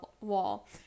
wall